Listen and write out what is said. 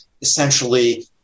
essentially